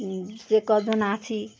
সে কদ না আছি